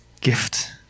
Gift